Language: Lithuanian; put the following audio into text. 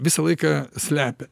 visą laiką slepia